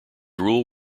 rule